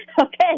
Okay